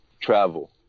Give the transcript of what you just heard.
travel